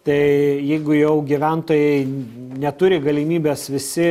tai jeigu jau gyventojai neturi galimybės visi